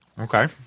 Okay